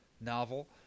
novel